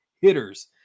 hitters